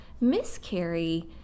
miscarry